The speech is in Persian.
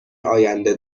آینده